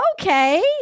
Okay